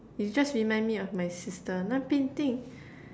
you just remind me of my sister painting